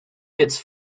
its